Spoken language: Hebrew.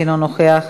אינו נוכח,